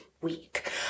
week